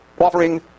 offering